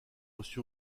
reçu